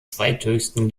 zweithöchsten